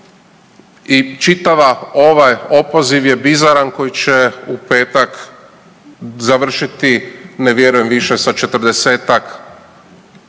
i čitava ovaj opoziv je bizaran koji će u petak završiti ne vjerujem više sa 40-tak